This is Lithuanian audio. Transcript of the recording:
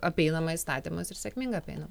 apeinama įstatymas ir sėkmingai apeina